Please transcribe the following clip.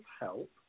help